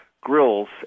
grills